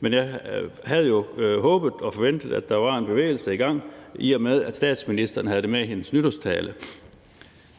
men jeg havde jo håbet og forventet, at der var en bevægelse i gang, i og med at statsministeren havde det med i sin nytårstale.